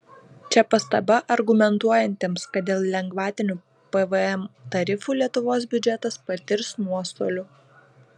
čia pastaba argumentuojantiems kad dėl lengvatinių pvm tarifų lietuvos biudžetas patirs nuostolių